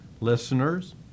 Listeners